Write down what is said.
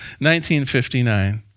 1959